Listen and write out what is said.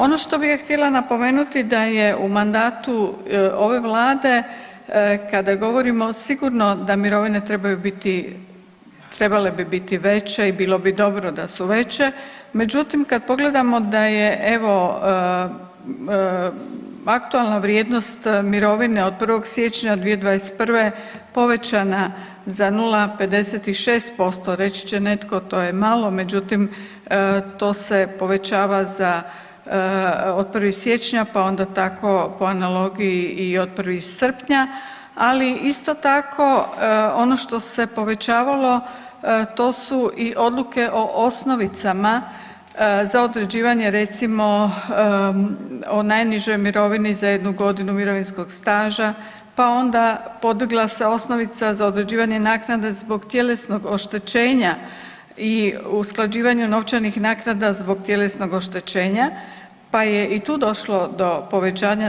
Ono što bi ja htjela napomenuti da je u mandatu ove Vlade kada govorimo sigurno da mirovine trebaju biti, trebale bi biti veće i bilo bi dobro da su veće, međutim kad pogledamo da je evo aktualna vrijednost mirovine od 1. siječnja 2021. povećana za 0,56% reći će netko to je malo međutim to se povećava za od 1. siječnja pa onda tako po analogiji i od 1. srpnja, ali isto tako ono što se povećavalo to su i odluke o osnovicama za određivanje recimo najniže mirovini za jednu godinu mirovinskog staža, pa onda podigla se osnovica za određivanje naknade zbog tjelesnog oštećenja i usklađivanja novčanih naknada zbog tjelesnog oštećenja, pa je i tu došlo do povećanja.